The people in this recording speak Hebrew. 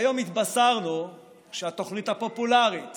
היום התבשרנו שהתוכנית הפופולרית